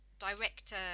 director